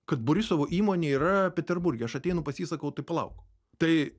kad borisovo įmonė yra peterburge aš ateinu pas jį sakau tai palauk tai